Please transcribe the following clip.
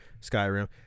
Skyrim